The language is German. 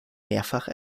mehrfach